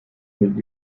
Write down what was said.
mit